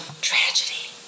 tragedy